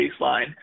baseline